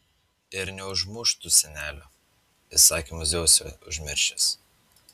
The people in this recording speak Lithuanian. ir neužmuštų senelio įsakymus dzeuso užmiršęs